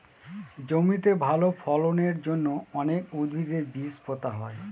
জমিতে ভালো ফলনের জন্য অনেক উদ্ভিদের বীজ পোতা হয়